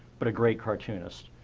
but a great cartoonist.